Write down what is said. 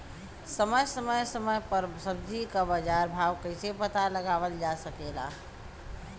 समय समय समय पर सब्जी क बाजार भाव कइसे पता लगावल जा सकेला?